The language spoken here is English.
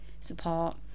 support